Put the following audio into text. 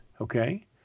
okay